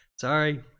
sorry